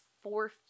four